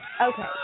Okay